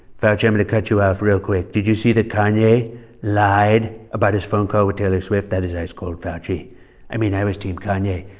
yeah and cut you off real quick. did you see that kanye lied about his phone call with taylor swift? that is ice cold, fauci. i mean, i was team kanye,